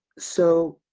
so